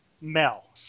Mel